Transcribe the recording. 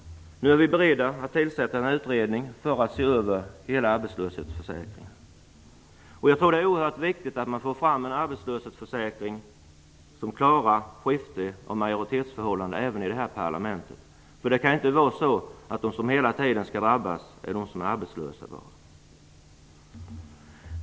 Nu är vi beredda att tillsätta en utredning för att se över hela arbetslöshetsförsäkringen. Jag tror att det är oerhört viktigt att man får fram en arbetslöshetsförsäkring som klarar skifte av majoritetsförhållande även i detta parlament. Det kan inte vara så att de som hela tiden skall drabbas är de arbetslösa. Herr talman!